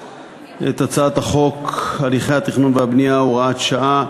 הצעת חוק הליכי תכנון ובנייה להאצת הבנייה למגורים (הוראת שעה)